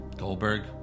goldberg